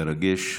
מרגש.